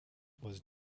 was